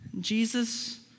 Jesus